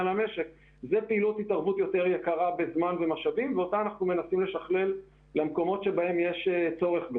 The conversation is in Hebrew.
זו פעילות יותר יקרה ואותה אנחנו מנסים לנתב למקומות שבהם יש בזה צורך.